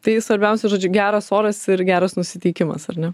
tai svarbiausia žodžiu geras oras ir geras nusiteikimas ar ne